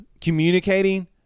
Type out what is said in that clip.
communicating